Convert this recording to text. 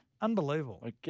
Unbelievable